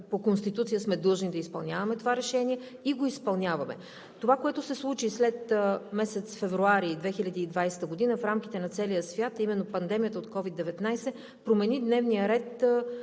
по Конституция сме длъжни да изпълняваме това решение, и го изпълняваме. Това, което се случи след месец февруари 2020 г. в рамките на целия свят, а именно пандемията от COVID-19, промени дневния ред